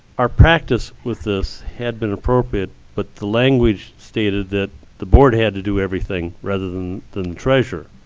our practice with this had been appropriate. but the language stated that the board had to do everything, rather than than treasurer.